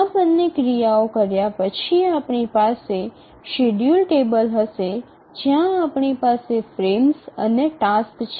આ બંને ક્રિયાઓ કર્યા પછી આપણી પાસે શેડ્યૂલ ટેબલ હશે જ્યાં આપણી પાસે ફ્રેમ્સ અને ટાસક્સ છે